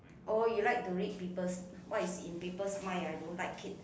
oh you like to read people's what is in people's mind I don't like it